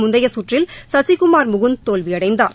முந்தைய சுற்றில் சசிகுமார் முகுந்த் தோல்வியடைந்தார்